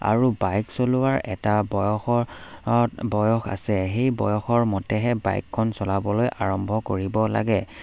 আৰু বাইক চলোৱাৰ এটা বয়সৰ অত বয়স আছে সেই বয়সৰ মতেহে বাইকখন চলাবলৈ আৰম্ভ কৰিব লাগে